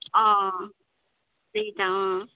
त्यही त